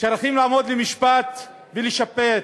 צריכים לעמוד למשפט ולשפות